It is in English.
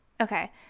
Okay